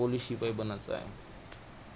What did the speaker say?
police शिपाई बनायचे आहे